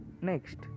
Next